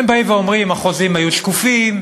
הם באים ואומרים: החוזים היו שקופים,